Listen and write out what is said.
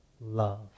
love